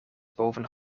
boven